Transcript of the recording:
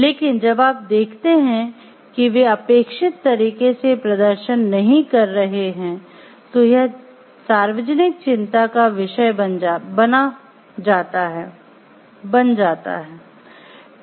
लेकिन जब आप देखते हैं कि वे अपेक्षित तरीके से प्रदर्शन नहीं कर रहे हैं तो यह सार्वजनिक चिंता का विषय बना जाता है